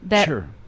Sure